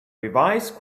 revised